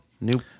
New